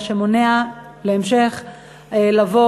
מה שמונע בהמשך לבוא,